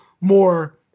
more